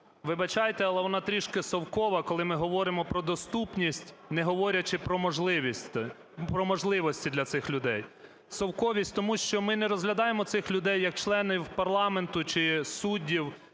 Вибачайте, але вона трішки совкова, коли ми говоримо про доступність, не говорячи про можливості для цих людей. Совковість, тому що ми не розглядаємо цих людей як членів парламенту чи суддів,